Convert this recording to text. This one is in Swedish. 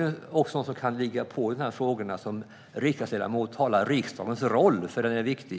Som riksdagsledamot kan jag ligga på i frågorna, för riksdagens roll är viktig.